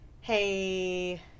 hey